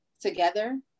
together